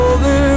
Over